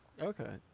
Okay